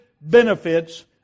benefits